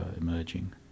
emerging